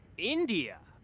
india!